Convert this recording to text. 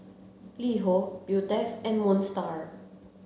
LiHo Beautex and Moon Star